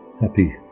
Happy